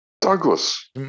Douglas